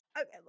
Okay